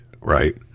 right